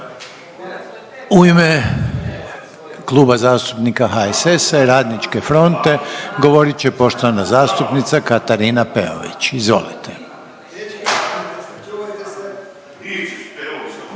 U ime Kluba zastupnika HSS-a i Radničke fronte, govorit će poštovana zastupnica Katarina Peović. Izvolite.